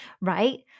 right